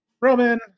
Roman